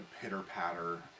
pitter-patter